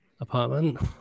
apartment